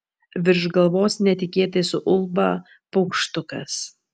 virš galvos netikėtai suulba paukštukas